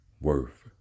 worth